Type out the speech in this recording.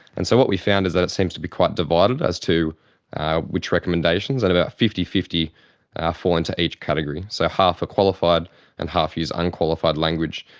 and so what we found is that it seems to be quite divided as to which recommendations, and about fifty fifty ah fall into each category. so half are qualified and half use unqualified language.